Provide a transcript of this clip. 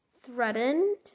threatened